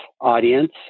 audience